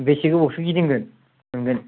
बेसे गोबावसो गिदिंगोन मोनगोन